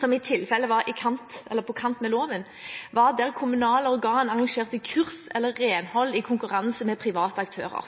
som i tilfelle var på kant med loven, var da kommunale organ arrangerte kurs, eller renhold, i konkurranse med private aktører.